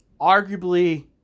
Arguably